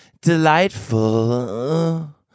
delightful